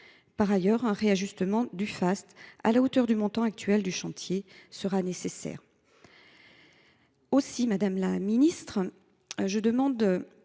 Par ailleurs, un réajustement du Fast à la hauteur du montant actuel du chantier sera nécessaire. Madame la ministre, quelles